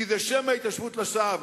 כי זה שם ההתיישבות לשווא.